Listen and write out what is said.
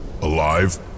Alive